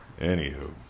Anywho